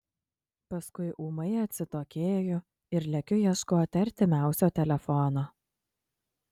paskui ūmai atsitokėju ir lekiu ieškoti artimiausio telefono